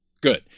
Good